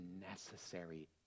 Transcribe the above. necessary